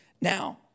Now